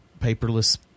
paperless